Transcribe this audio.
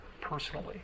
personally